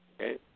Okay